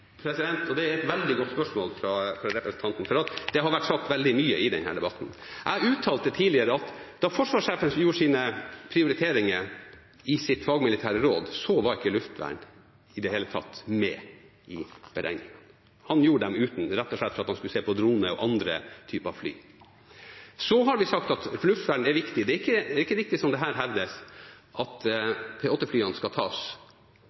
Det er et veldig godt spørsmål, for det har vært sagt veldig mye i denne debatten. Jeg har tidligere uttalt at da forsvarssjefen gjorde sine prioriteringer i sitt fagmilitære råd, var ikke luftvern med i beregningene i det hele tatt. Han gjorde beregningene uten det, rett og slett fordi han skulle se på droner og andre typer fly. Vi har sagt at luftvern er viktig. Det er ikke riktig, det som her blir hevdet, at P8-flyene skal tas